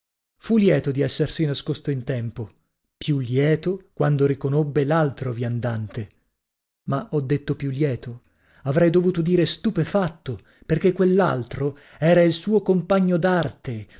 fu lieto di essersi nascosto in tempo più lieto quando riconobbe l'altro viandante ma ho detto più lieto avrei dovuto dire stupefatto perchè quell'altro era il suo compagno d'arte